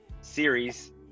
series